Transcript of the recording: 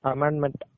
Amendment